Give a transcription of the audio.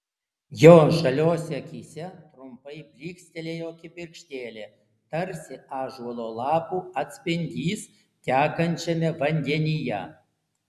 jo žaliose akyse trumpai blykstelėjo kibirkštėlė tarsi ąžuolo lapų atspindys tekančiame vandenyje